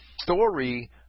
Story